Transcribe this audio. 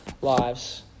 lives